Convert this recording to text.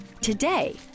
Today